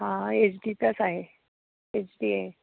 हां एच डीचाच आहे एच डी आहे